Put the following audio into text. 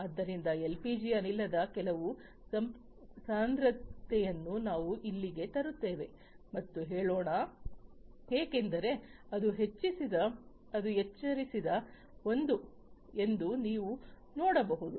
ಆದ್ದರಿಂದ ಎಲ್ಪಿಜಿ ಅನಿಲದ ಕೆಲವು ಸಾಂದ್ರತೆಯನ್ನು ನಾವು ಇಲ್ಲಿಗೆ ತರುತ್ತೇವೆ ಎಂದು ಹೇಳೋಣ ಏಕೆಂದರೆ ಅದು ಎಚ್ಚರಿಸಿದೆ ಎಂದು ನೀವು ನೋಡಬಹುದು